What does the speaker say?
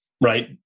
right